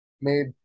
made